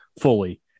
fully